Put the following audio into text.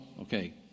Okay